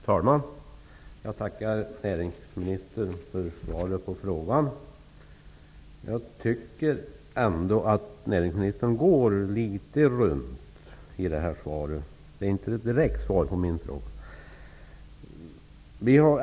Fru talman! Jag tackar näringsministern för svaret på frågan. Jag tycker ändå att näringsministern i sitt svar går litet runt frågan; det är inte något direkt svar på min fråga.